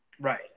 Right